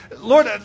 Lord